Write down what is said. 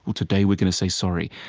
today we're going to say sorry,